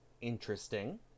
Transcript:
interesting